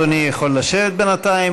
אדוני יכול לשבת בינתיים.